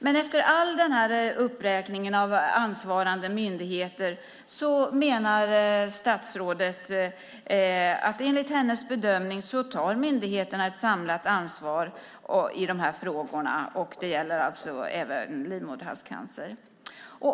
Men efter den här uppräkningen av ansvariga myndigheter menar statsrådet att myndigheterna, enligt hennes bedömning, tar ett samlat ansvar i de här frågorna. Det gäller alltså även livmoderhalscancer.